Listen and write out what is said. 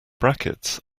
brackets